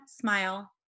smile